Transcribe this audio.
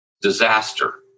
disaster